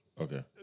Okay